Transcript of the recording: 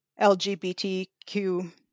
LGBTQ